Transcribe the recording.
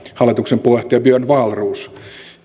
hallituksen puheenjohtaja björn wahlroos